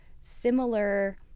similar